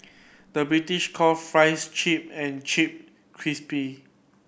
the British call fries chip and chip crispy